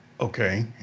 Okay